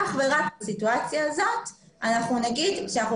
אך ורק בסיטואציה הזאת אנחנו נגיד שאנחנו